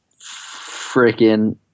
freaking